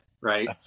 right